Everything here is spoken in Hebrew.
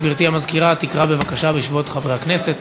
גברתי המזכירה תקרא בבקשה בשמות חברי הכנסת.